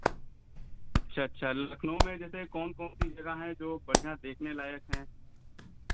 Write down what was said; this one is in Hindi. अच्छा अच्छा लखनऊ में जैसे कौन कौन सी जगह हैं जो बढ़ियाँ देखने लायक हैं